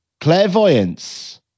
clairvoyance